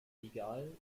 egal